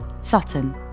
Sutton